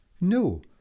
No